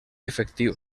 efectiu